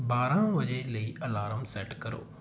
ਬਾਰ੍ਹਾਂ ਵਜੇ ਲਈ ਅਲਾਰਮ ਸੈੱਟ ਕਰੋ